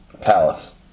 Palace